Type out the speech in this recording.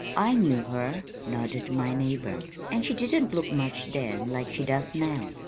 i knew her, nodded my neighbor, and she didn't look much then like she does now.